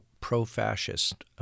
pro-fascist